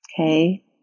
Okay